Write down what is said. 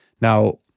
Now